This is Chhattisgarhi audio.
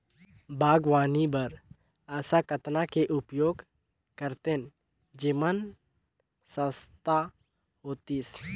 बागवानी बर ऐसा कतना के उपयोग करतेन जेमन सस्ता होतीस?